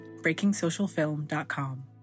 breakingsocialfilm.com